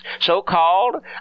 so-called